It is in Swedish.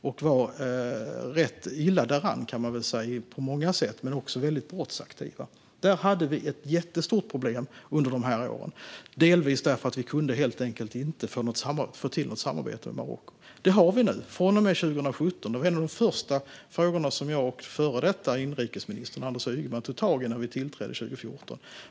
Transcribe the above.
De var rätt illa däran på många sätt, kan man väl säga, och också väldigt brottsaktiva. Det var ett jättestort problem under de åren, delvis därför att vi helt enkelt inte kunde få till något samarbete med Marocko. Det har vi nu, från och med 2017. Detta var en av de första frågorna som jag och före detta inrikesministern Anders Ygeman tog tag i när vi tillträdde 2014.